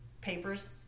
papers